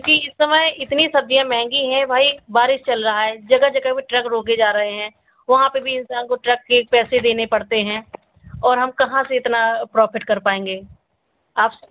क्योंकि इस समय इतनी सब्ज़ियाँ महंगी है भाई बारिश चल रहइ है जगह जगह पर ट्रक रोके जा रहे हैं वहाँ पर भी इंसान को ट्रक के पैसे देने पड़ते हैं और हम कहाँ से इतना प्रोफ़िट कर पाएंगे आप